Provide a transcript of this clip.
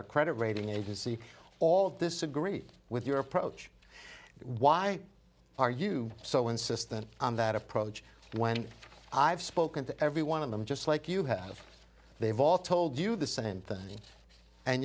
our credit rating agency all of this agree with your approach why are you so insistent on that approach when i've spoken to every one of them just like you have they've all told you the same thing and